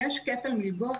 יש כפל מלגות,